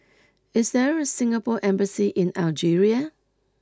is there a Singapore embassy in Algeria